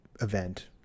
event